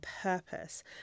purpose